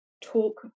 talk